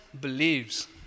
believes